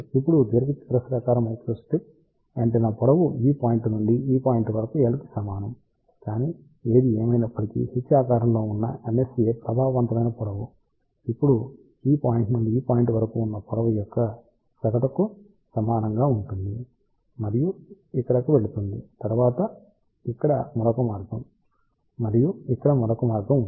ఇప్పుడు దీర్ఘచతురస్రాకార microstrip antenna పొడవు ఈ పాయింట్ నుండి ఈ పాయింట్ వరకు L కి సమానం కానీ ఏది ఏమయినప్పటికీ H ఆకారంలో ఉన్న MSA ప్రభావవంతమైన పొడవు ఇప్పుడు ఈ పాయింట్ నుండి ఈ పాయింట్ వరకు ఉన్న పొడవు యొక్క సగటుకు సమానంగా ఉంటుంది మరియు ఇక్కడకు వెళుతుంది తరువాత ఇక్కడ మరొక మార్గం మరియు ఇక్కడ మరొక మార్గం ఉంది